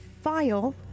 file